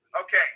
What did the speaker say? Okay